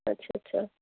اچھا اچھا